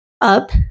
up